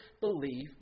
believe